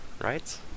right